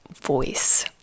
voice